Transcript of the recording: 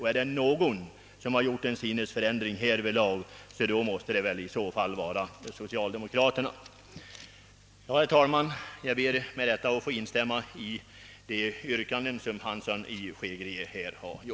Har det hos några skett en sinnesförändring måste det väl vara hos socialdemokraterna, som ej vill hjälpa dessa som har det besvärligt. Herr talman! Jag ber härmed att få instämma i herr Hanssons i Skegrie yrkanden.